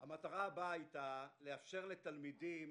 המטרה הבאה היתה לאפשר לתלמידים